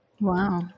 Wow